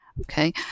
Okay